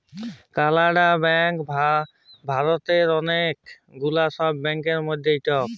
কালাড়া ব্যাংক ভারতেল্লে অলেক গুলা ছব ব্যাংকের মধ্যে ইকট